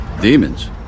Demons